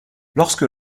lorsque